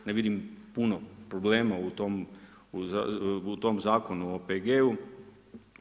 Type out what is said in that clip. Ne vidim puno problema u tom Zakonu o OPG-u.